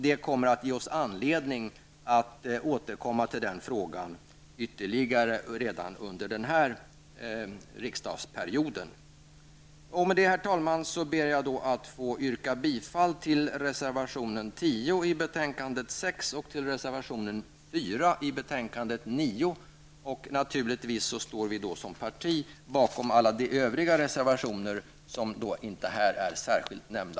Det kommer att ge oss anledning att återkomma till frågan redan under den här riksdagsperioden. Med det, herr talman, ber jag att få yrka bifall till reservation 10 i betänkande 6 och till reservation 4 i betänkande 9. Naturligtvis står vi som parti bakom alla de övriga reservationer som inte här är särskilt nämnda.